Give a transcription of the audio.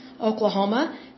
Oklahoma